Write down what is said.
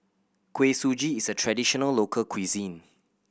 Kuih Suji is a traditional local cuisine